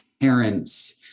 parents